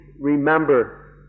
remember